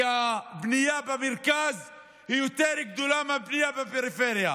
כי הבנייה במרכז היא יותר גדולה מהבנייה בפריפריה.